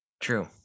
True